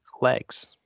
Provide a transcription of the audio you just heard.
legs